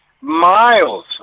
miles